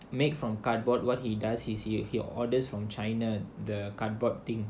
make from cardboard what he does is he orders from china the cardboard thing